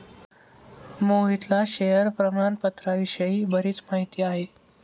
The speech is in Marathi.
मोहितला शेअर प्रामाणपत्राविषयी बरीच माहिती आहे